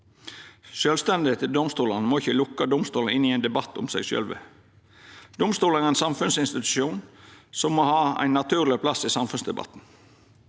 Sjølvstendet til domstolane må ikkje lukka domstolane inne i ein debatt om seg sjølve. Domstolane er ein samfunnsinstitusjon som må ha ein naturleg plass i samfunnsdebatten.